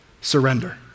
surrender